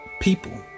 people